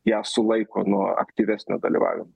ją sulaiko nuo aktyvesnio dalyvavimo